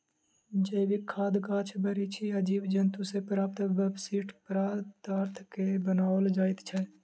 जैविक खाद गाछ बिरिछ आ जीव जन्तु सॅ प्राप्त अवशिष्ट पदार्थ सॅ बनाओल जाइत छै